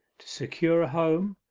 to secure a home,